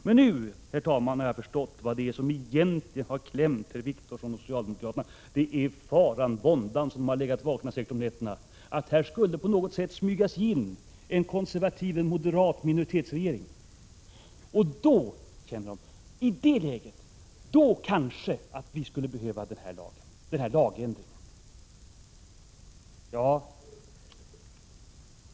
Men nu, herr talman, har jag förstått vad det är som egentligen har klämt herr Wiktorsson och socialdemokraterna och som har ingivit dem en sådan vånda att de säkert har legat vakna om nätterna. Det är faran av att en konservativ, en moderat minoritetsregering på något sätt skulle smyga sig in här. Om vi fick ett sådant läge, kände de, då kanske vi skulle behöva den här lagändringen.